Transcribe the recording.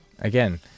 Again